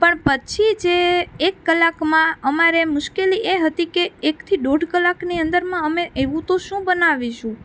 પણ પછી જે એક કલાકમાં અમારે મુશ્કેલી એ હતી કે એકથી દોઢ કલાકની અંદરમાં અમે એવું તો શું બનાવીશું